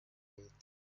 leta